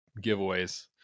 giveaways